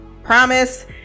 Promise